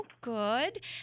Good